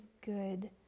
good